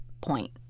point